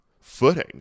footing